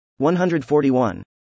141